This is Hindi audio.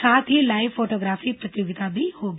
साथ ही लाईव फोटोग्राफी प्रतियोगिता भी होगी